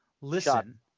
listen